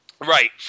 Right